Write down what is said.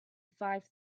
five